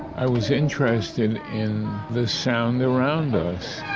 i was interested in the sound around us